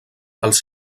els